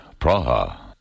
Praha